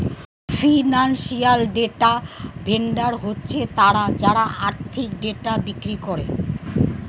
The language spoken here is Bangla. ফিনান্সিয়াল ডেটা ভেন্ডর হচ্ছে তারা যারা আর্থিক ডেটা বিক্রি করে